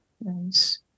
Nice